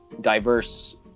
diverse